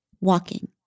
walking